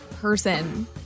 person